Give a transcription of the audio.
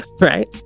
right